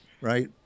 right